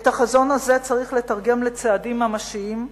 את החזון הזה צריך לתרגם לצעדים ממשיים,